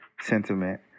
sentiment